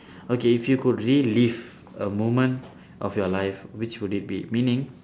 okay if you could relive a moment of your life which would it be meaning